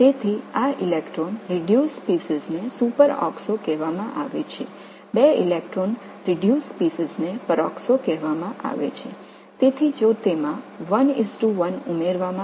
எனவே ஒரு எலக்ட்ரான் குறைக்கப்பட்ட இனங்கள் சூப்பராக்ஸோ என்றும் இரண்டு எலக்ட்ரான் குறைக்கப்பட்ட இனங்கள் பெராக்சோ என்றும் அழைக்கப்படுகின்றன